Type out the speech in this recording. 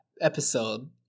episode